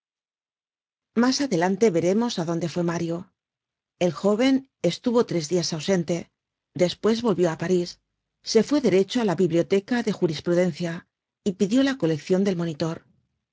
mas adelante veremos á donde fué mario el jóven estuvo tres dias ausente despues volvió á paris se fué derecho á la biblioteca de jurisprudencia y pidió la coleccion del monitor